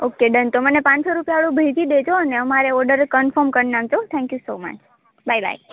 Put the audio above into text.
okay done તો મને પાંચસો રૂપિયાવાળું ભેજી દેજો અને અમારે ઓડર કનફોર્મ કરી નાખજો thank you so much bye by